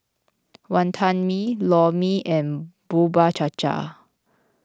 Wantan Mee Lor Mee and Bubur Cha Cha